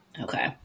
Okay